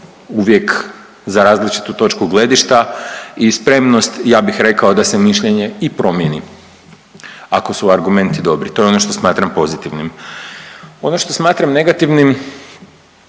uvijek za različitu točku gledišta i spremnost ja bih rekao da se mišljenje i promijeni ako su argumenti dobri. To je ono što smatram pozitivnim. Ono što smatram negativnim